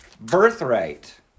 Birthright